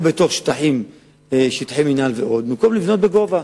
או בתוך שטחי מינהל, ועוד, במקום לבנות בגובה.